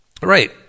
Right